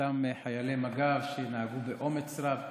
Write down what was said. אותם חיילי מג"ב שהתנהגו באומץ רב.